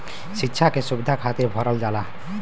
सिक्षा के सुविधा खातिर भरल जाला